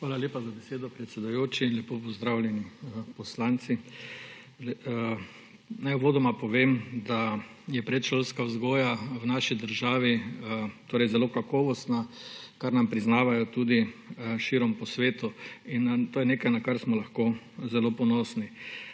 Hvala lepa za besedo, predsedujoči. Lepo pozdravljeni, poslanke in poslanci! Naj uvodoma povem, da je predšolska vzgoja v naši državi zelo kakovostna, kar nam priznavajo tudi širom po svetu, in to je nekaj, na kar smo lahko zelo ponosni.